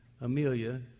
Amelia